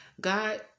God